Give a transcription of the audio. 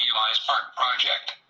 park project.